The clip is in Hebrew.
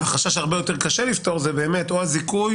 החשש הרבה יותר קשה לפתור זה באמת או הזיכוי